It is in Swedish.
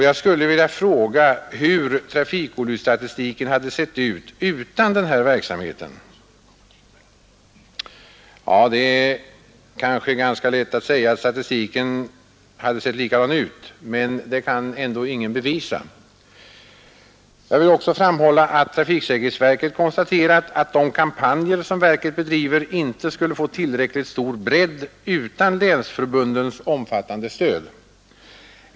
Jag skulle vilja fråga hur trafikolycksfallsstatistiken hade sett ut utan den här verksamheten. — Det är kanske lätt att säga att statistiken hade sett likadan ut, men det kan ändå ingen bevisa. Jag vill också framhålla att trafiksäkerhetsverket konstaterat att de kampanjer som verket bedriver inte skulle få tillräckligt stor bredd utan länsförbundens omfattande stöd.